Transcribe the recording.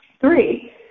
Three